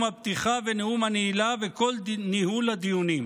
הפתיחה ונאום הנעילה וכל דין ניהול הדיונים".